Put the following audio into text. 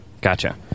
gotcha